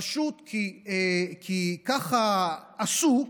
פשוט כי ככה עשו,